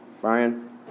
Brian